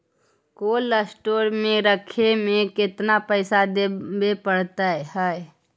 Cold store में रखे में केतना पैसा देवे पड़तै है?